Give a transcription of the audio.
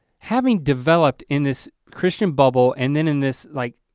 having developed in this christian bubble and then in this like,